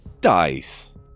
Dice